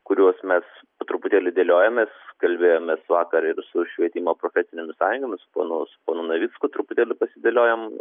kuriuos mes truputėlį dėliojamės kalbėjomės vakar ir su švietimo profesinėmis sąjungomis ponus ponu navicku truputėlį pasidėliojom